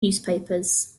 newspapers